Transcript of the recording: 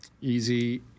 easy